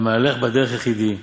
והמהלך בדרך יחידי,